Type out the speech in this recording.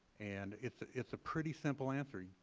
and it is a pretty simple answer. yeah